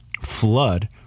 flood